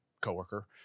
coworker